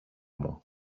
μου